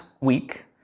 week